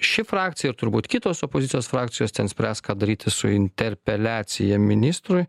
ši frakcija ir turbūt kitos opozicijos frakcijos ten spręs ką daryti su interpeliacija ministrui